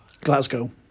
Glasgow